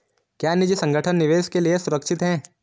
क्या निजी संगठन निवेश के लिए सुरक्षित हैं?